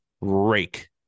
rake